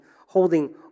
holding